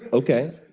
okay.